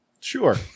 Sure